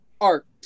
art